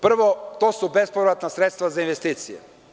Prvo, to su bespovratna sredstva za investicije.